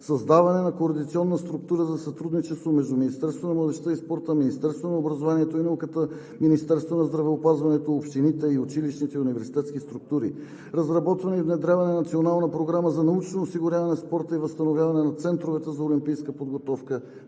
създаване на координационна структура за сътрудничество между Министерството на младежта и спорта, Министерството на образованието и науката, Министерството на здравеопазването, общините и училищните и университетските структури; разработване и внедряване на национална програма за научно осигуряване на спорта и възстановяване на центровете за олимпийска подготовка